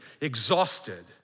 exhausted